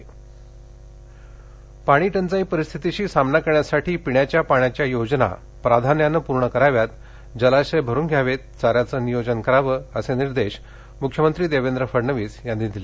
मख्यमंत्री पाणी टंचाई पाणी टंचाई परिस्थितीशी सामना करण्यासाठी पिण्याच्या पाण्याच्या योजना प्राधान्याने पूर्ण कराव्यात जलाशय भरून घ्यावेत चाऱ्याचे नियोजन करावे असे निर्देश मुख्यमंत्री देवेंद्र फडणवीस यांनी दिले